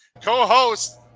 co-host